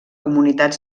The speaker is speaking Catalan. comunitat